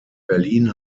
berlin